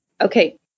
Okay